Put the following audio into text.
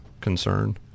concern